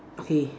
okay